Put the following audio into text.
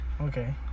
Okay